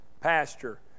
pasture